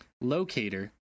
locator